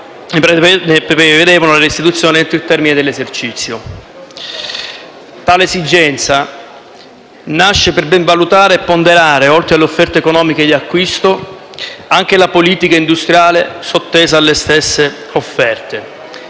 ne prevedevano la restituzione entro il termine dell'esercizio. Tale esigenza nasce per ben valutare e ponderare, oltre all'offerta economica e di acquisto, anche la politica industriale sottesa alle stesse offerte.